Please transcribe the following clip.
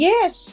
Yes